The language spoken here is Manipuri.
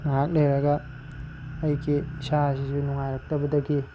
ꯉꯥꯏꯍꯥꯛ ꯂꯩꯔꯒ ꯑꯩꯒꯤ ꯏꯁꯥꯁꯤꯁꯨ ꯅꯨꯉꯥꯏꯔꯛꯇꯕꯗꯒꯤ